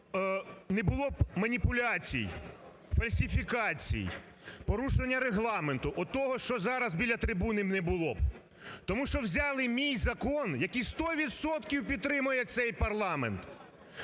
не було б маніпуляцій, фальсифікацій, порушення Регламенту, отого що зараз біля трибуни – не було б. Тому що взяли мій закон, який сто відсотків підтримує цей парламент,